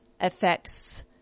affects